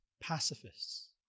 pacifists